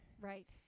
Right